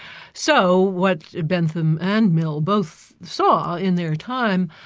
so what bentham and mill both saw in their time,